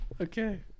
Okay